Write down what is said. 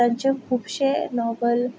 तांचे खुबशे नोवल